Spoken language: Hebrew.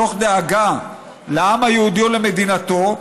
מתוך דאגה לעם היהודי או למדינתו,